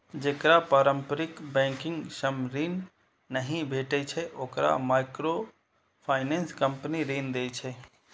जेकरा पारंपरिक बैंकिंग सं ऋण नहि भेटै छै, ओकरा माइक्रोफाइनेंस कंपनी ऋण दै छै